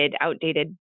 outdated